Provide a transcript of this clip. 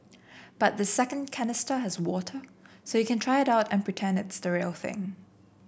but the second canister has water so you can try it out and pretend it's the real thing